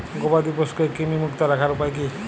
গবাদি পশুকে কৃমিমুক্ত রাখার উপায় কী?